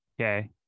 Okay